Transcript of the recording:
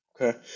Okay